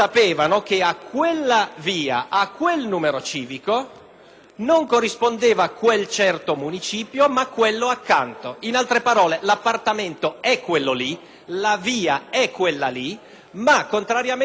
non corrispondeva quel certo municipio, bensì quello accanto. In altre parole, l'appartamento è quello lì, la via è quella lì, ma, contrariamente a quanto coloro che hanno dato ospitalità a Nicola Di Girolamo